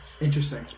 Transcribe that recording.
Interesting